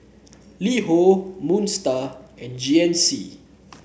LiHo Moon Star and G N C